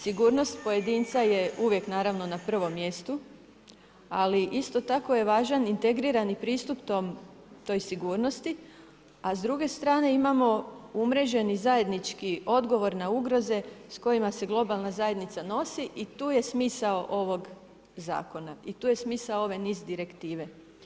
Sigurnost pojedinca je uvijek naravno, na prvom mjestu, ali isto tako je važan integrirani pristup toj sigurnosti, a s druge strane imamo umreženi zajednički odgovor na ugroze s kojima se globalna zajednica nosi i tu je smisao ovog Zakona i tu je smisao ove niz direktive.